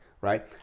right